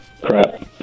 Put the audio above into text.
crap